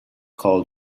called